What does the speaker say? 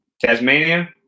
tasmania